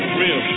real